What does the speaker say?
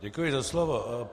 Děkuji za slovo.